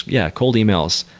yeah, cold emails,